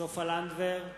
סופה לנדבר,